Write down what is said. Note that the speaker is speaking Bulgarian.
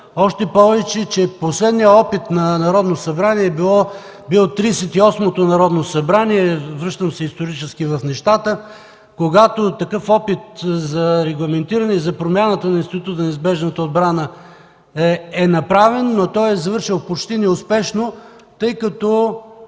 още повече че последният опит на народно събрание е бил в Тридесет и осмото Народно събрание. Връщам се в исторически план върху нещата, когато такъв опит за регламентиране и за промяна на института за неизбежната отбрана е направен, но той е завършил почти неуспешно, тъй като